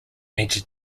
major